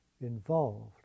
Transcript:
involved